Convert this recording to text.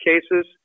cases